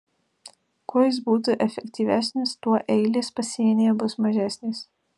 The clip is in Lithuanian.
kuo jis būtų efektyvesnis tuo eilės pasienyje bus mažesnės